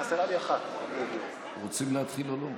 לדעת, רוצים להתחיל או לא?